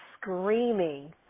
screaming